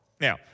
Now